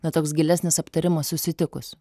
na toks gilesnis aptarimas susitikus